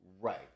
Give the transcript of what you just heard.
Right